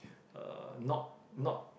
uh not not